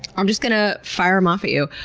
i'm just gonna fire em off at you.